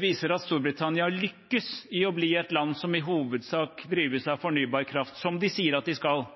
viser at Storbritannia lykkes i å bli et land som i hovedsak drives av fornybar kraft, som de sier at de skal,